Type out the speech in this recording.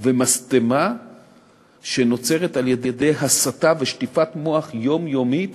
ומשטמה שנוצרת על-ידי הסתה ושטיפת מוח יומיומית